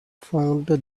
found